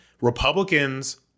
Republicans